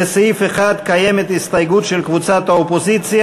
לסעיף 1 קיימת הסתייגות של קבוצת האופוזיציה.